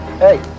Hey